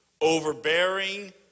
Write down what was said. overbearing